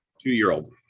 two-year-old